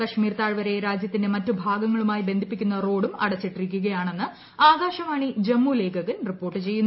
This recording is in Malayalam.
കശ്മീർ താഴ്വരയെ രാജൃത്തിന്റെ മറ്റു ഭാഗങ്ങളുമായി ബന്ധിപ്പിക്കുന്ന റോഡും അടച്ചിട്ടിരിക്കുകയാണെന്ന് ആകാശവാണി ജമ്മു ലേഖകൻ റിപ്പോർട്ട് ചെയ്യുന്നു